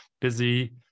busy